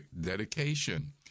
Dedication